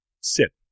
sit